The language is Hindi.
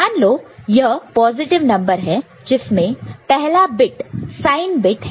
मान लो यह एक पॉजिटिव नंबर है जिसमें पहला बिट साइन बिट है